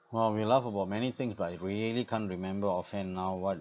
!whoa! we laugh about many things but I really can't remember offhand now what